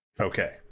Okay